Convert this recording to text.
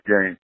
game